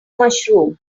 mushroom